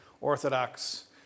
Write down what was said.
Orthodox